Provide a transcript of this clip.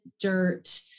dirt